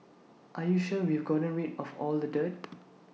are you sure we've gotten rid of all the dirt